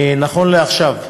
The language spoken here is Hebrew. נכון לעכשיו,